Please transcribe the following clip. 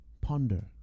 Ponder